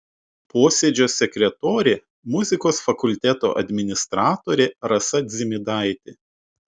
posėdžio sekretorė muzikos fakulteto administratorė rasa dzimidaitė